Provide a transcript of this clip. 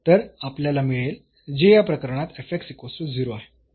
तर आपल्याला मिळेल जे या प्रकरणात आहे